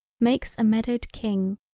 makes a meadowed king,